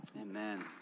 Amen